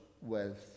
wealth